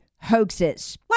hoaxes